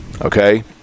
okay